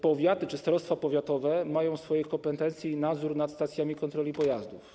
Powiaty czy starostwa powiatowe mają w swojej kompetencji nadzór nad stacjami kontroli pojazdów.